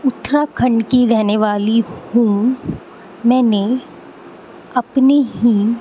اُتراکھنڈ کی رہنے والی ہوں میں نے اپنی ہی